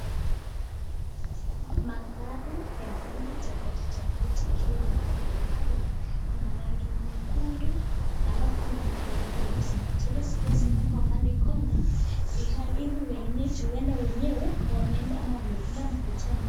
Magari ya rangi tofauti tofauti ikiwa imepelekwa pale. Kuna rangi nyekundu, halafu kuna rangi nyeusi, zote zikiwa zimeekwa pale kona ili wenyeji, huenda wenyewe wameenda mkutano.